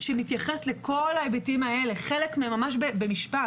שמתייחס לכל ההיבטים האלה: למשל,